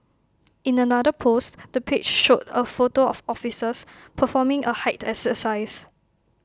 in another post the page showed A photo of officers performing A height exercise